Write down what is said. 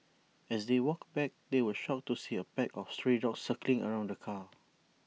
as they walked back they were shocked to see A pack of stray dogs circling around the car